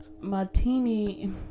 Martini